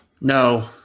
No